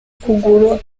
ukuguru